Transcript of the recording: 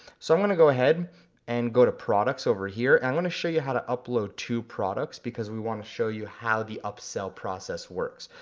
so i'm gonna go ahead and go to products over here, and i wanna show you how to upload two products because we wanna show you how the upsell process works.